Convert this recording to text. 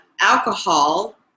Alcohol